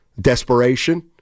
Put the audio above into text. Desperation